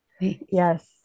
Yes